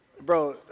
Bro